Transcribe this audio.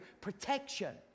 Protection